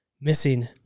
Missing